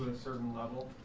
certain level